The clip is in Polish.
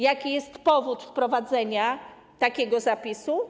Jaki jest powód wprowadzenia takiego zapisu?